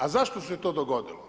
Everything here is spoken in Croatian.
A zašto se to dogodilo?